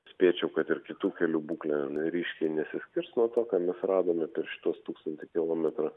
spėčiau kad ir kitų kelių būklė ryškiai nesiskirs nuo to ką mes radome per šituos tūkstantį kilometrų